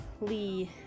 Lee